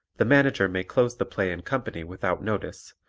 the manager may close the play and company without notice,